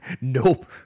Nope